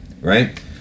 right